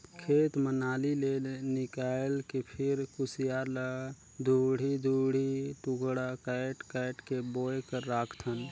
खेत म नाली ले निकायल के फिर खुसियार ल दूढ़ी दूढ़ी टुकड़ा कायट कायट के बोए बर राखथन